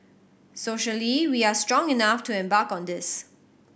socially we are strong enough to embark on this